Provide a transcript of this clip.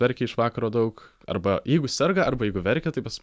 verkia iš vakaro daug arba jeigu serga arba jeigu verkia tai pas